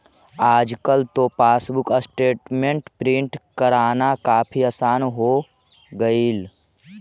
आजकल तो passbook statement print करना काफी आसान हो गईल